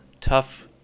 tough